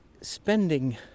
spending